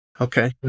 Okay